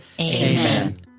Amen